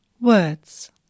Words